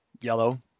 yellow